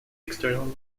external